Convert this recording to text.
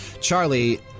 Charlie